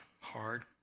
hard